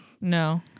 No